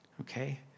okay